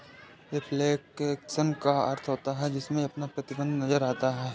reflection का अर्थ होता है जिसमें अपना प्रतिबिंब नजर आता है